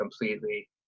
completely